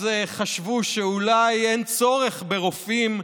אז חשבו שאולי אין צורך ברופאים,